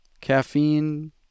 Caffeine